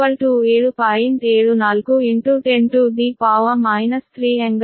4 7